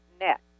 net